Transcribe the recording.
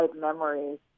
memories